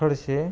Khadse